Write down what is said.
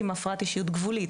עם הפרעת אישיות גבולית,